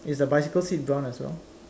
is the bicycle seat brown as well